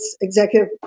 executive